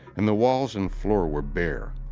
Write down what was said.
and the walls and floor were bare.